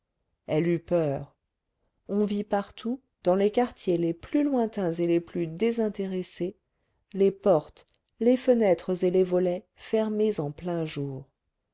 elle eut peur on vit partout dans les quartiers les plus lointains et les plus désintéressés les portes les fenêtres et les volets fermés en plein jour